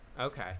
Okay